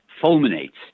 fulminates